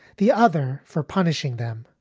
the other for punishing them.